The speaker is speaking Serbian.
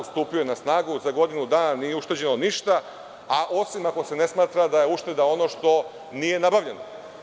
Stupio je na snagu i za godinu dana nije ušteđeno ništa, osim ako se ne smatra da je ušteda ono što nije nabavljeno.